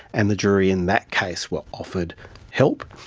and the jury in that case were offered help.